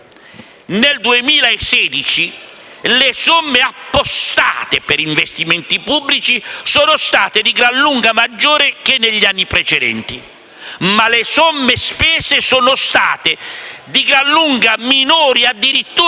nel 2016 le somme appostate per gli investimenti pubblici sono state di gran lunga maggiori che negli anni precedenti, ma le somme spese sono state di gran lunga minori, addirittura